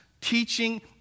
teaching